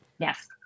Yes